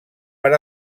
per